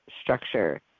structure